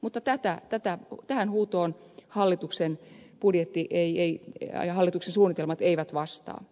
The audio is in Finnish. mutta tähän huutoon hallituksen budjettiin ei ei aja halutuksi suunnitelmat eivät vastaa